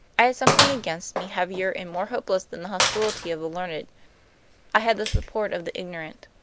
i had something against me heavier and more hopeless than the hostility of the learned i had the support of the ignorant.